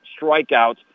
strikeouts